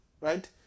Right